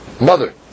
mother